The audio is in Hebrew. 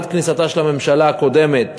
עד כניסתה של הממשלה הקודמת,